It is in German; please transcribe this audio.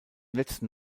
letzten